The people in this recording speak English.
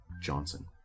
Johnson